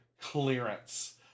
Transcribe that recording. clearance